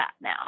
now